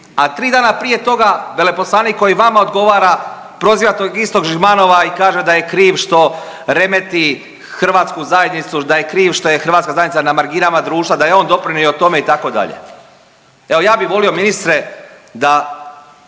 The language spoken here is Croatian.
a 3 dana prije toga veleposlanik koji vama odgovara proziva tog istog Žigmanova i kaže da je kriv što remeti hrvatsku zajednicu, da je kriv što je hrvatska zajednica na marginama društva, da je on doprinio tome, itd. Evo, ja bi volio, ministre da,